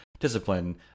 discipline